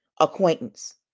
acquaintance